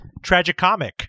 tragicomic